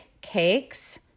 cakes